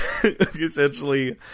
essentially